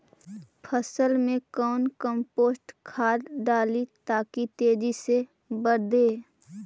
फसल मे कौन कम्पोस्ट खाद डाली ताकि तेजी से बदे?